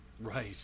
Right